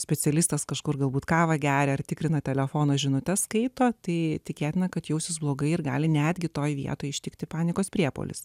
specialistas kažkur galbūt kavą geria ir tikrina telefono žinutes skaito tai tikėtina kad jausis blogai ir gali netgi toje vietoje ištikti panikos priepuolis